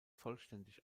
vollständig